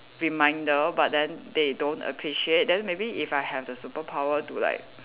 reminder but then they don't appreciate then maybe if I have the superpower to like